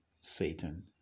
Satan